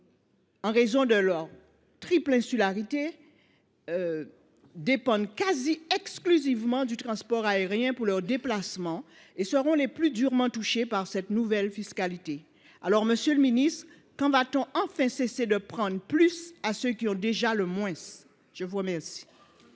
en raison de leur triple insularité, dépendent quasi exclusivement du transport aérien pour leurs déplacements et seront les plus durement touchés par cette nouvelle fiscalité. Monsieur le ministre, quand va t on enfin cesser de toujours prendre plus à ceux qui ont déjà le moins ? La parole